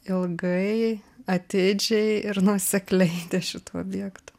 ilgai atidžiai ir nuosekliai ties šituo objektu